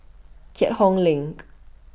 Keat Hong LINK